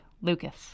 Lucas